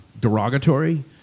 derogatory